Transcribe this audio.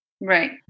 Right